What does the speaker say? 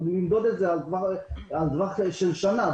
אנחנו נמדוד את זה בטווח של שנה,